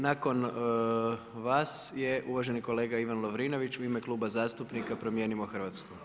Nakon vas je uvaženi kolega Ivan Lovrinović u ime Kluba zastupnika Promijenimo Hrvatsku.